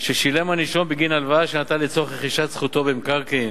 ששילם הנישום בין הלוואה שנתן לצורך רכישת זכותו במקרקעין.